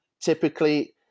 typically